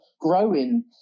growing